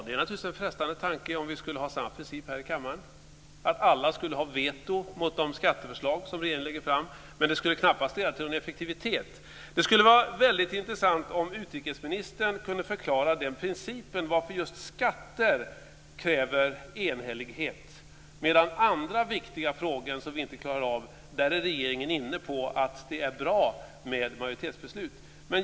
Det är naturligtvis en frestande tanke att vi skulle ha samma princip här i kammaren. Alla skulle ha veto mot de skatteförslag som regeringen lägger fram. Men det skulle knappast leda till någon effektivitet. Det skulle vara väldigt intressant om utrikesministern kunde förklara principen bakom varför just skatter kräver enhällighet, medan regeringen i andra viktiga frågor som vi inte klarar av är inne på att det är bra med majoritetsbeslut.